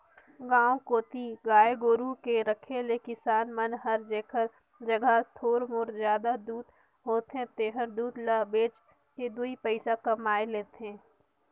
गांव कोती गाय गोरु के रखे ले किसान मन हर जेखर जघा थोर मोर जादा दूद होथे तेहर दूद ल बेच के दुइ पइसा कमाए लेथे